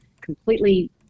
completely